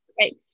right